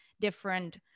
different